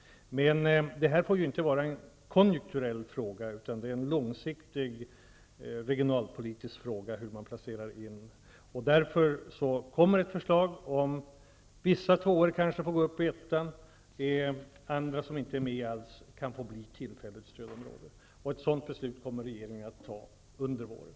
Men detta får inte vara en konjunkturell fråga, utan det är en långsiktig regionalpolitisk fråga hur man placerar in kommuner i stödområden. Därför kommer ett förslag att läggas fram om att vissa kommuner som är placerade i stödområde 2 kan placeras i stödområde 1 och att andra kommuner som inte är inplacerade i stödområden kan få bli tillfälligt inplacerade i sådana. Ett sådant beslut kommer regeringen att fatta under våren.